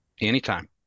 Anytime